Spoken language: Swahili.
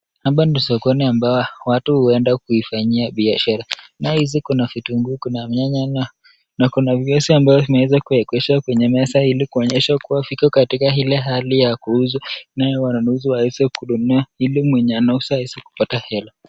Hapa ndio sokoni ambapo watu huenda kuifanyia biashara. Nayo hizi kuna vitunguu, kuna nyanya na kuna viazi ambayo imeweza kuwekezwa kwenye meza ili kuonyesha kuwa viko katika ile hali ya kuuzwa nayo wanunuzi waweze kununua ili mwenye anauza aweze kupata hela.